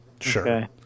sure